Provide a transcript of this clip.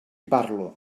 parlo